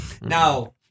Now